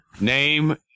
Name